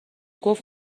گفت